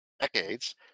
decades